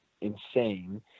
insane